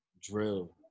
drill